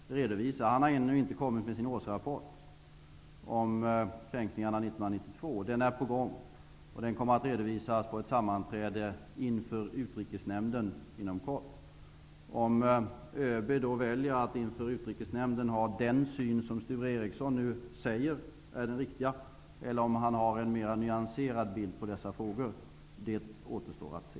Han har ännu inte kommit med sin årsrapport om kränkningarna 1992. Den är på gång, och den kommer inom kort att på ett sammanträde redovisas inför Utrikesnämnden. Om ÖB då väljer att inför Utrikesnämnden ha den syn som Sture Ericson säger är den riktiga, eller om han har en mer nyanserad bild på dessa frågor återstår att se.